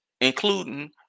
including